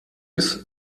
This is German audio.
ist